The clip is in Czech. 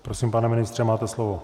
Prosím, pane ministře, máte slovo.